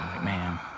Man